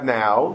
now